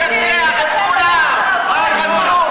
לדרוס את החילונים עם 9D. יאללה,